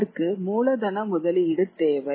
அதற்கு மூலதன முதலீடு தேவை